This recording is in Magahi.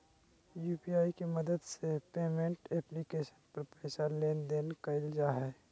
यु.पी.आई के मदद से पेमेंट एप्लीकेशन पर पैसा लेन देन कइल जा हइ